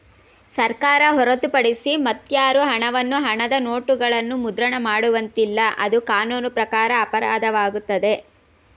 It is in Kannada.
ಸರ್ಕಾರ ಹೊರತುಪಡಿಸಿ ಮತ್ಯಾರು ಹಣವನ್ನು ಹಣದ ನೋಟುಗಳನ್ನು ಮುದ್ರಣ ಮಾಡುವಂತಿಲ್ಲ, ಅದು ಕಾನೂನು ಪ್ರಕಾರ ಅಪರಾಧವಾಗುತ್ತದೆ